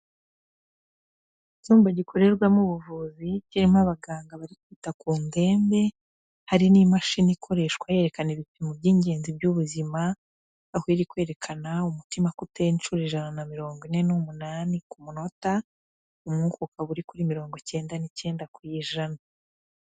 Icyumba gikorerwamo ubuvuzi, kirimo abaganga bari kwita ku ndembe, hari n'imashini ikoreshwa yerekana ibipimo by'ingenzi by'ubuzima, aho iri kwerekana umutima ko utera inshuro ijana na mirongo ine n'umunani ku munota, umwuka ukaba uri kuri mirongo icyenda n'icyenda ku ijana.